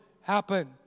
happen